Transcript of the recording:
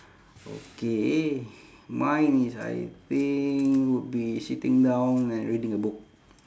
okay mine is I think would be sitting down and reading a book